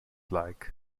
like